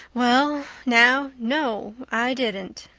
well now, no, i didn't,